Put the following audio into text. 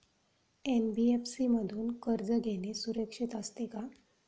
NBFC मधून कर्ज घेणे सुरक्षित असते का?